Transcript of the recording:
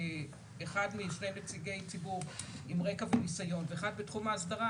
אחד משני נציגי הציבור עם רקע וניסיון ואחד בתחום האסדרה,